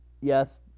yes